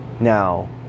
Now